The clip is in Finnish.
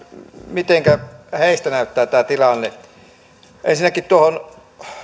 mitenkä heistä näyttää tämä tilanne ensinnäkin tuohon